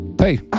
Hey